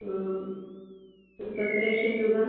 ആ ഒരു പത്ത് ലക്ഷം രൂപ